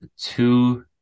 two